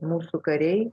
mūsų kariai